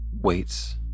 waits